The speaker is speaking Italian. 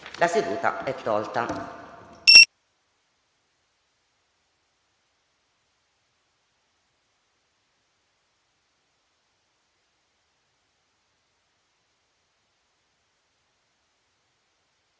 La seduta è tolta